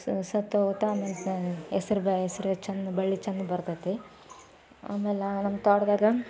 ಸ ಸತ್ತು ಹೋಗುತ್ತೆ ಆಮೇಲೆ ಹೆಸ್ರು ಬೇಳೆ ಹೆಸ್ರು ಚೆಂದ ಬಳ್ಳಿ ಚೆಂದ ಬರ್ತೈತಿ ಆಮೇಲೆ ನಮ್ಮ ತೋಟ್ದಾಗ